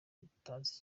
tutazi